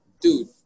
dude